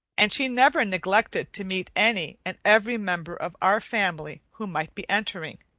and she never neglected to meet any and every member of our family who might be entering.